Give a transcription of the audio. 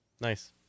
Nice